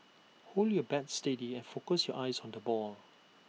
hold your bat steady and focus your eyes on the ball